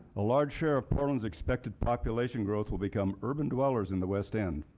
a large share of portland's expected population growth will become urban dwellers in the west end.